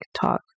talk